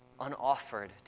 unoffered